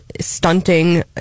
stunting